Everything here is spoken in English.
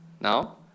now